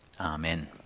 Amen